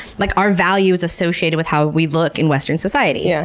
like our value is associated with how we look in western society. yeah